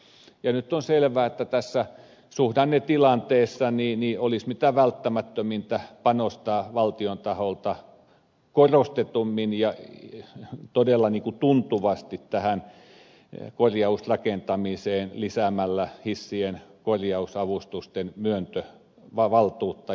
nyt on selvää että tässä suhdannetilanteessa olisi mitä välttämättömintä panostaa valtion taholta korostetummin ja todella tuntuvasti korjausrakentamiseen lisäämällä hissien korjausavustusten myöntövaltuutta